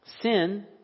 Sin